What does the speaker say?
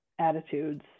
attitudes